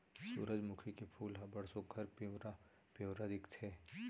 सुरूजमुखी के फूल ह बड़ सुग्घर पिंवरा पिंवरा दिखथे